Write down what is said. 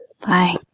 Bye